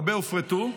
הרבה הופרטו,